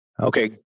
okay